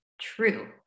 true